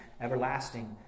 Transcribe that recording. everlasting